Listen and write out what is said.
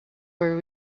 were